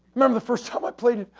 remember the first time i played it,